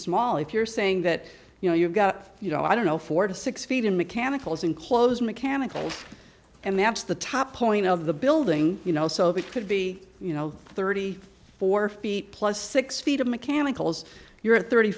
small if you're saying that you know you've got you know i don't know four to six feet in mechanicals enclosed mechanicals and that's the top point of the building you know so if it could be you know thirty four feet plus six feet of mechanicals you're at thirty